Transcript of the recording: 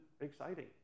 exciting